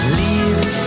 leaves